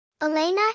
Elena